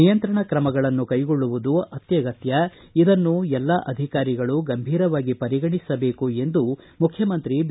ನಿಯಂತ್ರಣ ತ್ರಮಗಳನ್ನು ಕೈಗೊಳ್ಳುವುದು ಅತ್ಯಗತ್ಯ ಇದನ್ನು ಎಲ್ಲ ಅಧಿಕಾರಿಗಳು ಗಂಭೀರವಾಗಿ ಪರಿಗಣಿಸಬೇಕು ಎಂದು ಮುಖ್ಯಮಂತ್ರಿ ಬಿ